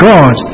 God